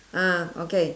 ah okay